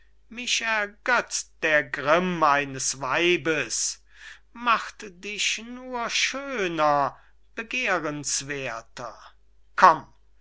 mich ergötzt der grimm eines weibes macht dich nur schöner begehrenswerther komm